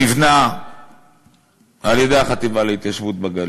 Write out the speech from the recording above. נבנה על-ידי החטיבה להתיישבות, בגליל.